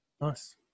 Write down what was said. Nice